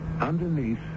underneath